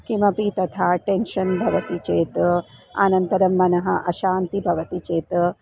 किमपि तथा टेन्शन् भवति चेत् अनन्तरं मनः अशान्तः भवति चेत्